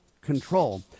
control